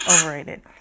overrated